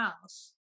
house